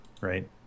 right